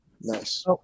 Nice